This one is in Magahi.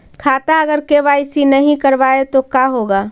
खाता अगर के.वाई.सी नही करबाए तो का होगा?